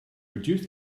reduced